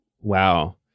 Wow